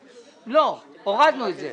לא, הורדנו את זה.